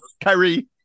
Kyrie